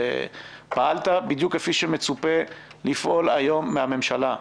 שפעלת בדיוק כפי שמצופה היום מן הממשלה לפעול,